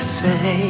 say